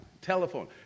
Telephone